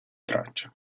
traccia